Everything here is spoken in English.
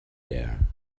there